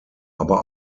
aber